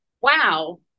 wow